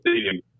Stadium